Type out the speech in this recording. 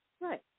Right